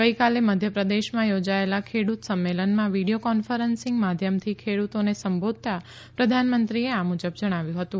ગઇકાલે મધ્યપ્રદેશમાં યોજાયેલા ખેડૂત સંમેલનમાં વીડિયો કોન્ફરન્સીંગ માધ્યમથી ખેડૂતોને સંબોધતાં પ્રધાનમંત્રીએ આ મુજબ જણાવ્યું હતું